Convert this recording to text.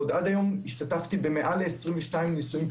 כאן אני מצטרפת לקריאה של גדולים ממני,